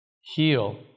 heal